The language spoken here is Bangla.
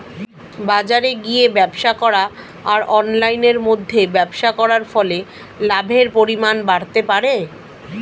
বাজারে গিয়ে ব্যবসা করা আর অনলাইনের মধ্যে ব্যবসা করার ফলে লাভের পরিমাণ বাড়তে পারে?